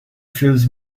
fells